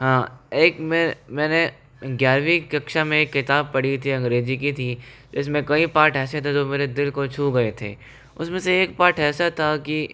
हाँ एक मैंने ग्यारहवीं कक्षा में एक किताब पढ़ी हुई थी अंग्रेज़ी की थी जिसमें कई पार्ट ऐसे थे जो मेरे दिल को छू गए थे उसमें से एक पार्ट ऐसा था की